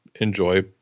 enjoy